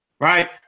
right